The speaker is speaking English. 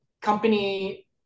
company